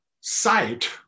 sight